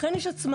לכן יש הצמדה.